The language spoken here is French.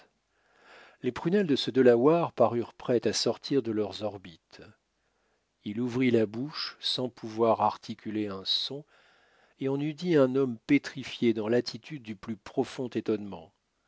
les prunelles de ce delaware parurent prêtes à sortir de leurs orbites il ouvrit la bouche sans pouvoir articuler un son et on eût dit un homme pétrifié dans l'attitude du plus profond étonnement